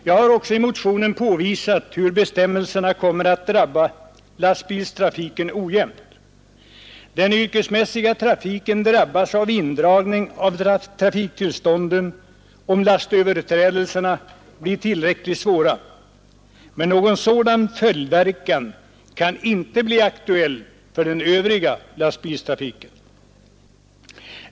Jag har också i motionen påvisat hur bestämmelserna kommer att drabba lastbilstrafiken ojämnt. Den yrkesmässiga trafiken drabbas av indragning av trafiktillstånden om lastöverträdelserna blir tillräckligt svåra, men någon sådan följdverkan kan inte bli aktuell för den övriga lastbilstrafiken.